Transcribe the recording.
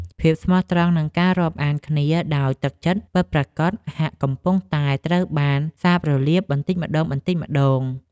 ភាពស្មោះត្រង់និងការរាប់អានគ្នាដោយទឹកចិត្តពិតប្រាកដហាក់កំពុងតែត្រូវបានសាបរលាបបន្តិចម្តងៗ។